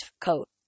coat